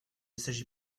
s’agit